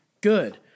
good